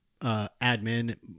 admin